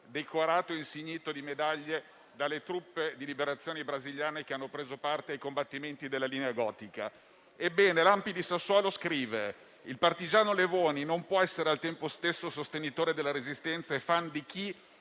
decorato e insignito di medaglie dalle truppe di liberazione brasiliane che hanno preso parte ai combattimenti della linea gotica. Ebbene, l'ANPI di Sassuolo scrive che il partigiano Levoni non può essere al tempo stesso sostenitore della Resistenza e *fan* di chi,